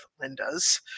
Linda's